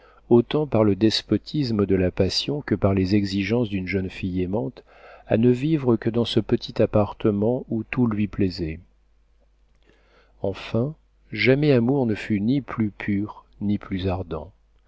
autant par le despotisme de la passion que par les exigences d'une jeune fille aimante à ne vivre que dans ce petit appartement où tout lui plaisait enfin jamais amour ne fut ni plus pur ni plus ardent